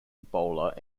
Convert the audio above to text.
bowler